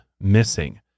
missing